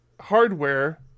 hardware